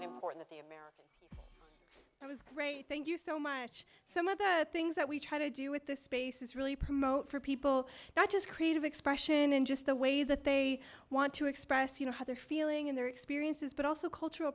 face that was great thank you so much some other things that we try to do with this space is really promote for people not just creative expression in just the way that they want to express you know how they're feeling in their experiences but also cultural